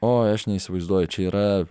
oi aš neįsivaizduoju čia yra